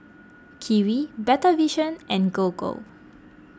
Kiwi Better Vision and Gogo